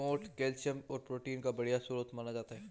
मोठ कैल्शियम और प्रोटीन का बढ़िया स्रोत माना जाता है